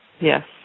Yes